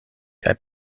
kaj